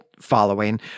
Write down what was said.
following